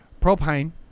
propane